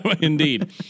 Indeed